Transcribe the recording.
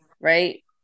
right